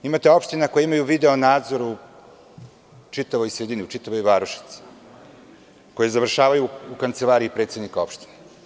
Imate opštine koje imaju video nadzor u čitavoj sredini, u čitavoj varošici, koje završavaju u kancelariji predsednika opštine.